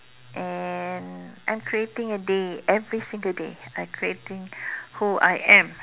and I am creating a day every single day I am creating who I am